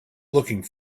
looking